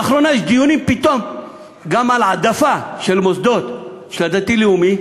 באחרונה יש דיונים פתאום גם על העדפה של המוסדות של הדתיים-לאומיים,